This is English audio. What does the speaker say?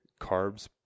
carbs